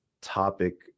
topic